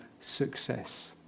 success